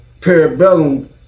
Parabellum